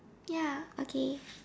ya okay